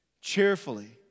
Cheerfully